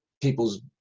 people's